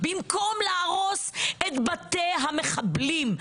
במקום להרוס את בתי המחבלים,